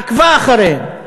עקבה אחריהן.